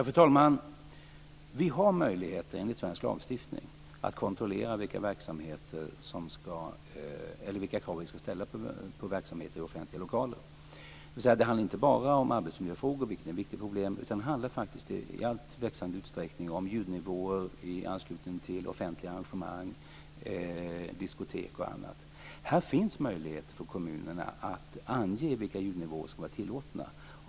Fru talman! Vi har möjligheter enligt svensk lagstiftning att kontrollera vilka krav vi ska ställa på verksamheter i offentliga lokaler. Det handlar alltså inte bara om arbetsmiljöfrågor - vilket är ett viktigt problem - utan i allt växande utsträckning om ljudnivåer i anslutning till offentliga arrangemang, diskotek och annat. Här finns möjlighet för kommunerna att ange vilka ljudnivåer som ska vara tillåtna.